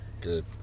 good